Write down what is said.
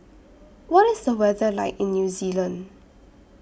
What IS The weather like in New Zealand